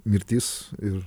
mirtis ir